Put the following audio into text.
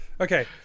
Okay